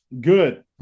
Good